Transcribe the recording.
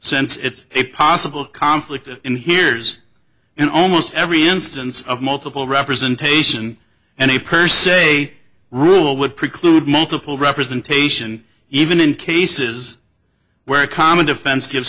since it's a possible conflict and hears in almost every instance of multiple representation and a per se rule would preclude multiple representation even in cases where a common defense give